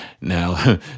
now